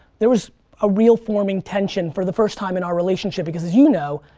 there was a real forming tension for the first time in our relationship because, as you know,